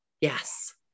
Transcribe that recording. Yes